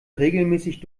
regelmäßig